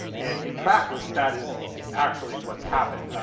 and in practice, that is actually what's happened.